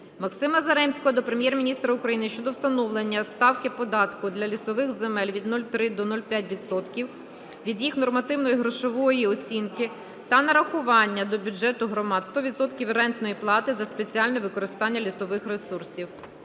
Максима Заремського до Прем'єр-міністра України щодо встановлення ставки податку для лісових земель від 0,3 до 0,5 відсотка від їх нормативної грошової оцінки та нарахування до бюджету громад 100 відсотків рентної плати за спеціальне використання лісових ресурсів.